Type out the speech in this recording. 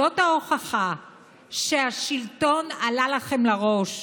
זאת ההוכחה שהשלטון עלה לכם לראש,